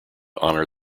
honor